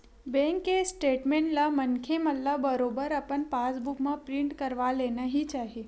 bank के statement ला मनखे मन ल बरोबर अपन पास बुक म प्रिंट करवा लेना ही चाही